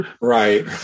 Right